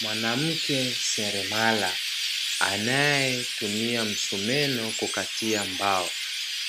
Mwanamke seremala anaetumia msumeno kukatia mbao,